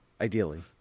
Ideally